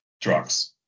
drugs